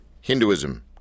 Hinduism